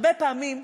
הרבה פעמים,